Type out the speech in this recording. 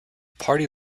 party